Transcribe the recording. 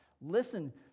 Listen